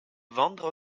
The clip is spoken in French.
vendre